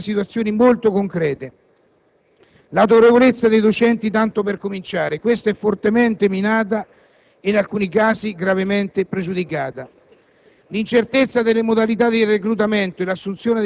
Le nostre preoccupazioni, infatti, partono da situazioni molto concrete: l'autorevolezza dei docenti, tanto per cominciare, che è fortemente minata e in alcuni casi gravemente pregiudicata,